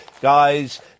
Guys